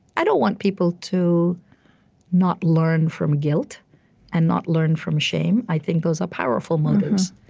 i don't want people to not learn from guilt and not learn from shame. i think those are powerful motives.